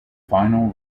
final